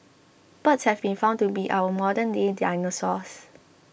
birds have been found to be our modernday dinosaurs